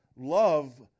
Love